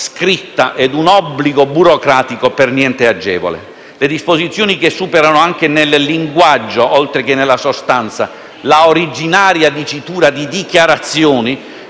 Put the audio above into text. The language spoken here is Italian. scritta e da un obbligo burocratico per niente agevole. Le disposizioni, che superano anche nel linguaggio, oltre che nella sostanza, la originaria dicitura di «dichiarazioni»,